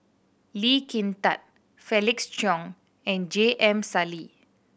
Lee Kin Tat Felix Cheong and J M Sali